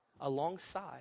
alongside